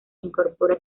incorpora